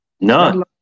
None